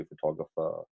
photographer